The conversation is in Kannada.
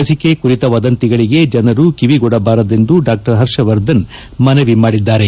ಲಸಿಕೆ ಕುರಿತ ವದಂತಿಗಳಿಗೆ ಜನರು ಕಿವಿಗೊಡಬಾರದೆಂದು ಡಾ ಪರ್ಷವರ್ಧನ್ ಮನವಿ ಮಾಡಿದ್ದಾರೆ